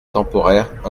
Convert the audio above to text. temporaire